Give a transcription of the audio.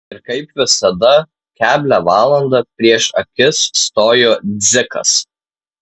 ir kaip visada keblią valandą prieš akis stojo dzikas